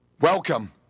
Welcome